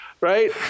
right